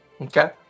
Okay